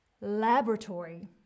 Laboratory